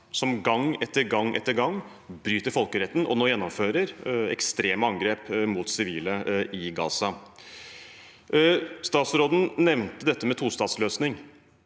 som gang etter gang etter gang bryter folkeretten og nå gjennomfører ekstreme angrep mot sivile i Gaza. Statsråden nevnte dette med tostatsløsning.